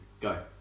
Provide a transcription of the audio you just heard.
Go